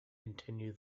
continue